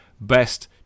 Best